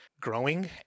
growing